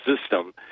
system